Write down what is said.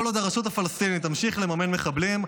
כל עוד הרשות הפלסטינית תמשיך לממן מחבלים,